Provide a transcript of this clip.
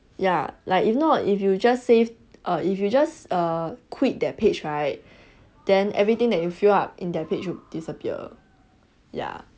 ya like if not if you just save err if you just err quit their page right then everything that you fill up in their page would disappear ya